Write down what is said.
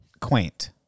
quaint